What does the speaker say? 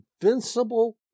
invincible